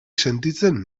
sentitzen